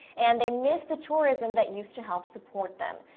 and they miss the tourism that used to help support them.